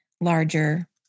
Larger